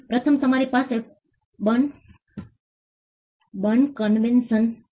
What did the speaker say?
પ્રથમ તમારી પાસે બર્ન કન્વેન્શન છે